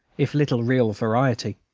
if little real variety.